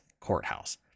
Courthouse